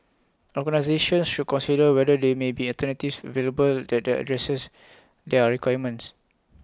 organisations should consider whether there may be alternatives available that the addresses their requirements